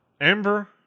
Amber